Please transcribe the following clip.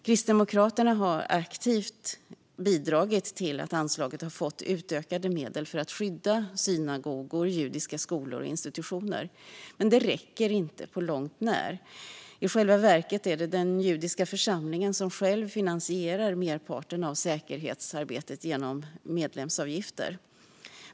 Kristdemokraterna har aktivt bidragit till att anslaget har fått utökade medel för att skydda synagogor, judiska skolor och institutioner. Men det räcker inte på långt när. I själva verket är det den judiska församlingen som själv finansierar merparten av säkerhetsarbetet genom medlemsavgifter.